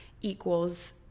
equals